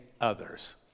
others